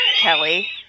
Kelly